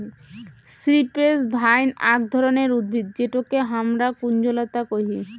cypress vine আক ধরণের উদ্ভিদ যেটোকে হামরা কুঞ্জলতা কোহি